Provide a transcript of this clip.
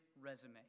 resume